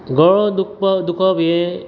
गळो दुखो दुखप हें